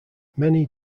many